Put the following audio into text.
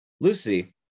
Lucy